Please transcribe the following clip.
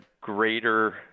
greater